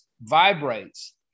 vibrates